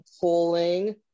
pulling